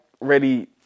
ready